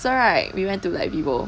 so right we went to like vivo